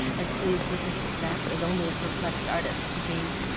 as pleased with his success as only a perplexed artist could be.